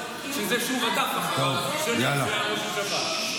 של זה שהוא רדף אחריו שנים כשהוא היה ראש השב"כ.